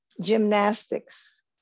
gymnastics